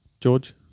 George